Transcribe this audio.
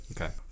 Okay